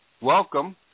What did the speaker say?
welcome